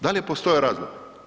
Da li je postojao razlog?